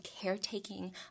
caretaking